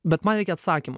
bet man reikia atsakymo